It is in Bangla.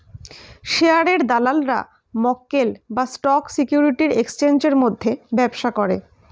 শেয়ারের দালালরা মক্কেল বা স্টক সিকিউরিটির এক্সচেঞ্জের মধ্যে ব্যবসা করে